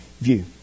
view